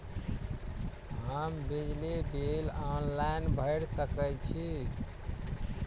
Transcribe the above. हम बिजली bill online भैर सकै छी?